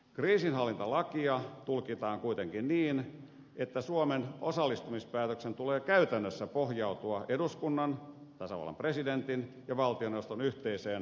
kriisinhallintalakia tulkitaan kuitenkin niin että suomen osallistumispäätöksen tulee käytännössä pohjautua eduskunnan tasavallan presidentin ja valtioneuvoston yhteiseen kannanmuodostukseen